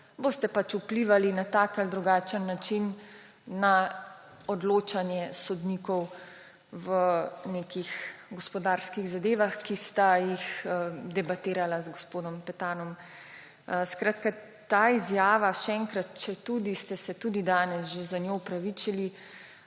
pač vplivali na takšen ali drugačen način na odločanje sodnikov v nekih gospodarskih zadevah, o katerih sta debatirala z gospodom Petanom. Skratka, ta izjava, še enkrat, četudi ste se tudi danes že za njo opravičili,